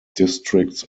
districts